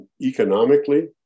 Economically